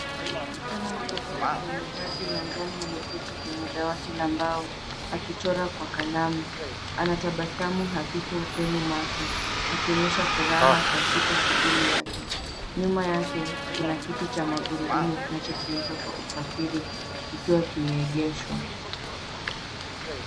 Msichana mdogo wenye vazi la njano ameketi kwenye dawati la mbao, akichora kwa kalamu. Anatabasamu hafifu usoni mwake akionyesha furaha katika shuguli yake. Nyuma yake kuna kiti cha magurudumu kinachotumika kwa usafiri kikiwa kimeegeshwa.